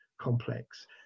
complex